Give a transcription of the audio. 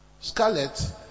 Scarlet